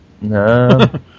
no